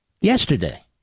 yesterday